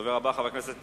הדובר הבא, חבר הכנסת